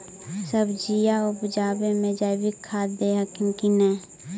सब्जिया उपजाबे मे जैवीक खाद दे हखिन की नैय?